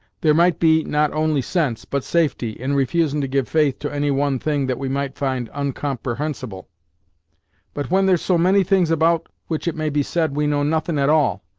there might be not only sense, but safety, in refusin' to give faith to any one thing that we might find oncomperhensible but when there's so many things about which it may be said we know nothin' at all,